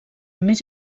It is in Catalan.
més